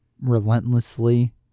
relentlessly